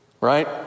right